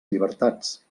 llibertats